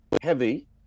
heavy